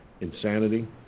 insanity